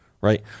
right